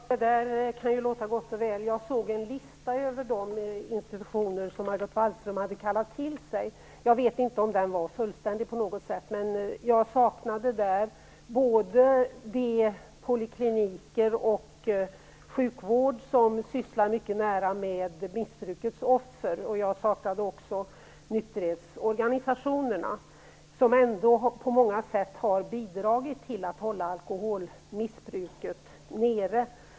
Fru talman! Det där kan låta gott och väl. Jag såg en lista över de institutioner som Margot Wallström hade kallat till sig. Jag vet inte om den var fullständig på något sätt, men jag saknade där både de polikliniker och den sjukvård som sysslar mycket nära med missbrukets offer. Jag saknade också nykterhetsorganisationerna som ändå på många sätt har bidragit till att hålla alkoholmissbruket nere.